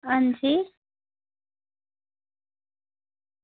अंजी